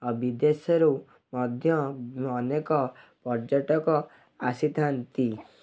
ଆଉ ବିଦେଶରୁ ମଧ୍ୟ ଅନେକ ପର୍ଯ୍ୟଟକ ଆସିଥାନ୍ତି